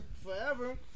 forever